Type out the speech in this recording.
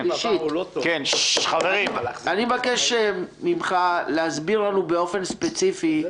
אני מבקש ממך להסביר לנו באופן ספציפי את